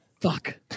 Fuck